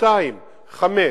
שתי שניות, חמש.